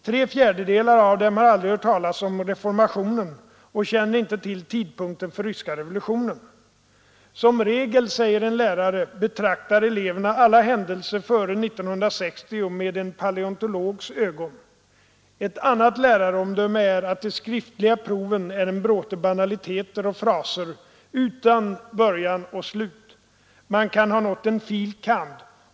Tre fjärdedelar av dem har aldrig hört talas om reformationen och känner inte till tidpunkten för ryska revolutionen. ”Som regel” säger en lärare ”betraktar eleverna alla händelser före 1960 med en paleontologs ögon”. Ett annat läraromdöme är att de skriftliga proven är en bråte banaliteter och fraser utan början och slut. Man kan ha nått en fil. kand.